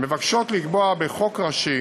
מבקשות לקבוע בחוק ראשי